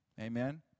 Amen